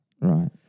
Right